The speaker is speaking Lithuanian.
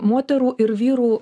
moterų ir vyrų